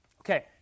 Okay